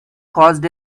caused